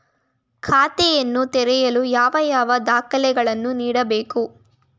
ಖಾತೆಯನ್ನು ತೆರೆಯಲು ಯಾವ ಯಾವ ದಾಖಲೆಗಳನ್ನು ನೀಡಬೇಕು?